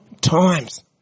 Times